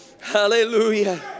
hallelujah